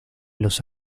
los